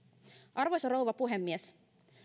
arvoisa rouva puhemies